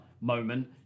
moment